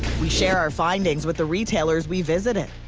we share our findings with the retailers we visited.